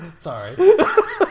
Sorry